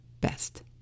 best